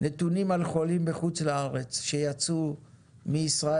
נתונים על חולים בחוץ לארץ שיצאו מישראל,